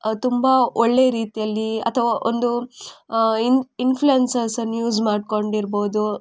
ತುಂಬ ಒಳ್ಳೆ ರೀತಿಯಲ್ಲಿ ಅಥವಾ ಒಂದು ಇನ್ ಇನ್ಫ್ಲುಯೆನ್ಸಸನ್ನ ಯೂಸ್ ಮಾಡ್ಕೊಂಡಿರ್ಬೋದು